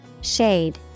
Shade